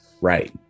Right